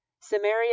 Samaria